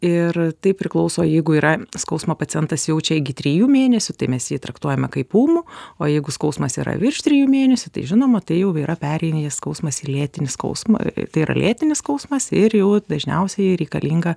ir tai priklauso jeigu yra skausmą pacientas jaučia iki trijų mėnesių tai mes jį traktuojame kaip ūmų o jeigu skausmas yra virš trijų mėnesių tai žinoma tai jau yra pereina į skausmas į lėtinį skausmą tai yra lėtinis skausmas ir jau dažniausiai reikalinga